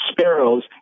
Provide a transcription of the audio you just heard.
sparrows